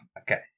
okay